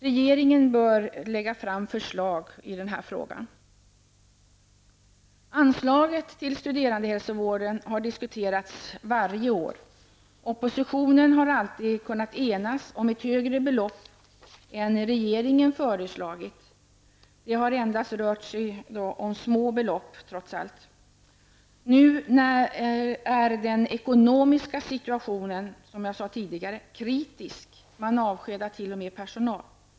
Regeringen bör lägga fram ett förslag i frågan. Anslaget till studerandehälsovården har diskuterats varje år. Oppositionen har alltid kunnat enas om ett högre belopp än vad regeringen föreslagit. Det har trots allt endast rört sig om små belopp. Nu är den ekonomiska situationen, som jag sade tidigare, kritisk -- man t.o.m. avskedar personal.